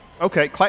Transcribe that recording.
Okay